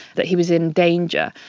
that he was in danger.